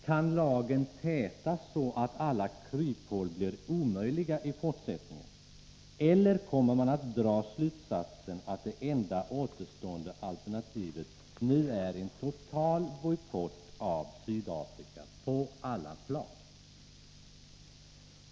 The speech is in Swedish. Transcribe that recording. Kan lagen tätas så att alla kryphål blir omöjliga i fortsättningen, eller kommer man att dra slutsatsen att det enda återstående alternativet nu är en total bojkott av Sydafrika på alla plan?